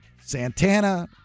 Santana